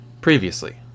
Previously